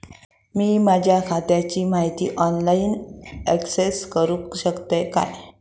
मी माझ्या खात्याची माहिती ऑनलाईन अक्सेस करूक शकतय काय?